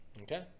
Okay